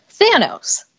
Thanos